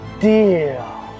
deal